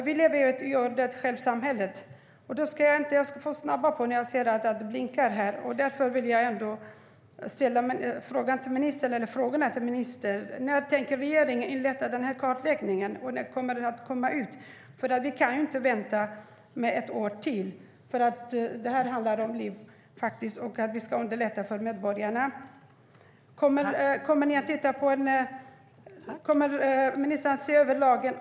Vi lever i ett gör-det-själv-samhälle. När tänker regeringen inrätta kartläggningen? När kommer resultatet? Vi kan inte vänta ett år till. Detta handlar om liv och om att vi ska underlätta för medborgarna. Kommer ministern att se över lagen?